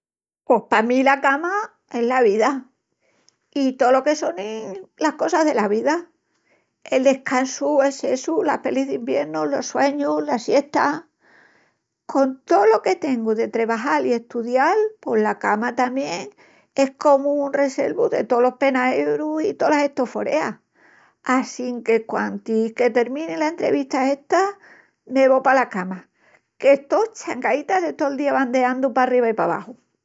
Pos pa mí la cama es la vida, i tolo que sonin las cosas de la vida: el descansu, el sessu, las pelis d'iviernu. los sueñus, las siestas. Con tolo que tengu de trebajal i estudial pos la cama tamién es comu un reselvu de tolos penaerus i tolas estoforeas. Assinque quantis que termini la entrevista esta me vo pala cama que estó eschangaíta de tol día bandeandu paí parriba i pabaxu.